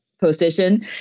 position